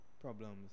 problems